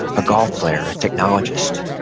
a golf player, a technologist.